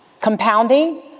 Compounding